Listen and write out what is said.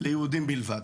ליהודים בלבד.